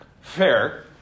fair